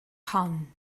hon